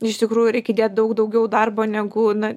iš tikrųjų reikia įdėt daug daugiau darbo negu na